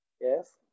Yes